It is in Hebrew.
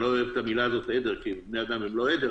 ואני לא אוהב את המילה "עדר" כי בני-אדם הם לא עדר,